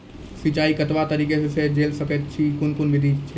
सिंचाई कतवा तरीका सअ के जेल सकैत छी, कून कून विधि ऐछि?